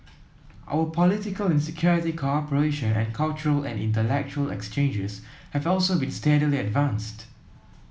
our political and security cooperation and cultural and intellectual exchanges have also been steadily advanced